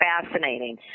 fascinating